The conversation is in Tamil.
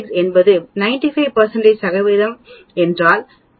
இதேபோல் நான் 3 ஐப் பெறுவதற்குப் பதிலாக 99 எடுத்துக் கொண்டால் நான் 2